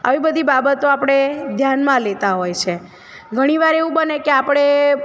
આવી બધી બાબતો આપણે ધ્યાનમાં લેતા હોય છે ઘણી વાર એવું બને કે આપણે